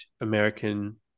American